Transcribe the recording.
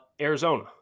Arizona